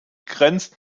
grenzen